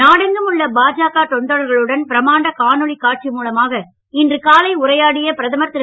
நாடெங்கும் உள்ள பாஜக தொண்டர்களுடன் பிரமாண்ட காணொளி காட்சி மூலமாக இன்று காலை உரையாடிய பிரதமர் திரு